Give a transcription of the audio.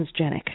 transgenic